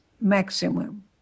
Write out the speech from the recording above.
maximum